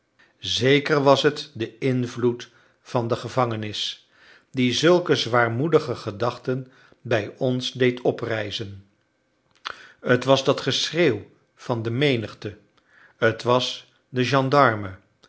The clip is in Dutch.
zeker was het de invloed van de gevangenis die zulke zwaarmoedige gedachten bij ons deed oprijzen t was dat geschreeuw van de menigte t was de gendarme